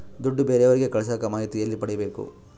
ದುಡ್ಡು ಬೇರೆಯವರಿಗೆ ಕಳಸಾಕ ಮಾಹಿತಿ ಎಲ್ಲಿ ಪಡೆಯಬೇಕು?